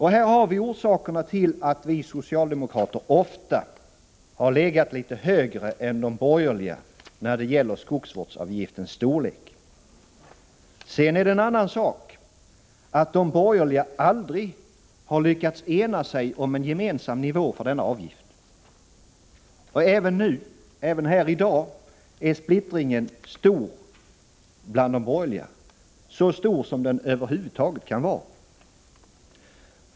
Här har vi orsakerna till att vi socialdemokrater ofta har legat litet högre än de borgerliga, när det gäller skogsvårdsavgiftens storlek. Sedan är det en annan sak att de borgerliga aldrig har lyckats ena sig om en gemensam nivå för denna avgift. Även här i dag är splittringen stor bland de borgerliga — så stor som den över huvud taget kan vara.